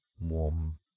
warm